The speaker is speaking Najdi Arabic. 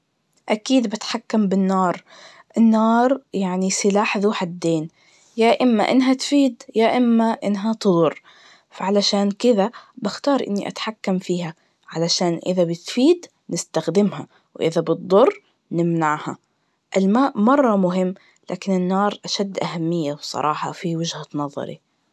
أكيد ببتحكم بالنار, النار يعني سلاح ذو حدين, يا إما إنها التفيد, يا إما إنها تضر, علشان كدا بختار إني أتحكم فيها, علشان إذا بتفيد, باستخدمها إذا بتضر نمنعها, الماء مرة مهم, لكن النار أشد أهممية بصراحة في وجهة نظري.